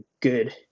good